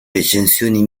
recensioni